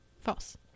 false